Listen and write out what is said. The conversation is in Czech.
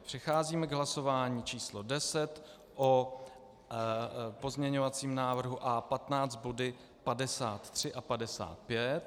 Přecházíme k hlasování číslo deset o pozměňovacím návrhu A15 body 53 a 55.